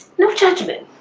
no judgment.